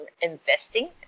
investing